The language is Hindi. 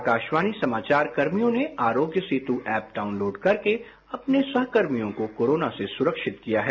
आकाशवाणी समाचार कर्मियों ने आरोग्य सेत ऐप डाउनलोड करके अपने सहकर्मियों को कोरोना से सुरक्षित किया है